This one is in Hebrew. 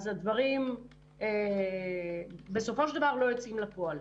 אז הדברים בסופו של דבר לא יוצאים לפועל.